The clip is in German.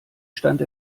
stand